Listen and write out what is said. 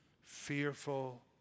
fearful